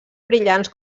brillants